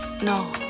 No